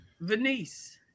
Venice